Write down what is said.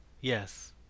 Yes